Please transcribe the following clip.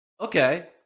Okay